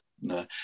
no